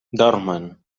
dormen